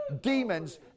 demons